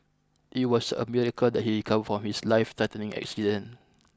it was a miracle that he recovered from his lifethreatening accident